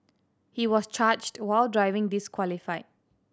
he was charged while driving disqualified